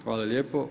Hvala lijepo.